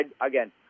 again